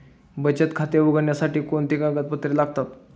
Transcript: बचत खाते उघडण्यासाठी कोणती कागदपत्रे लागतात?